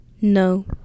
No